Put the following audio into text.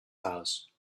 house